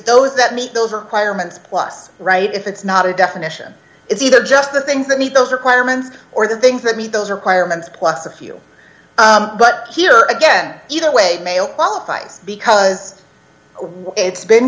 those that meet those requirements plus right if it's not a definition it's either just the things that meet those requirements or the things that meet those requirements plus a few but here again either way male qualifies because it's been